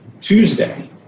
Tuesday